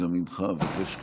גם ממך אבקש,